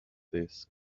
this